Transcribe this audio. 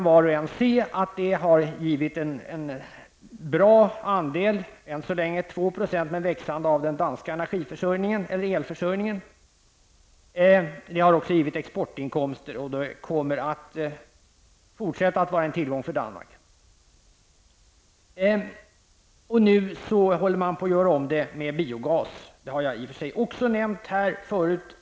Var och en kan se att det har givit en bra andel, än så länge 2 %, men växande, av den danska elförsörjningen. Det har också givit exportinkomster, och det kommer att fortsätta att vara en tillgång för Danmark. Nu håller man på att göra om det hela med biogas. Det har jag i och för sig också nämnt här förut.